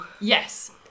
Yes